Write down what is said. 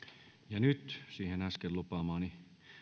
ja nyt siihen äsken lupaamaani